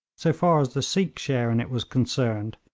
so far as the sikh share in it was concerned,